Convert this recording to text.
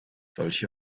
solche